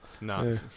No